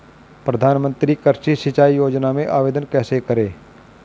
प्रधानमंत्री कृषि सिंचाई योजना में आवेदन कैसे करें?